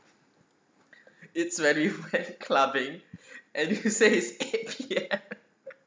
it's when we went clubbing and you said it's eight P_M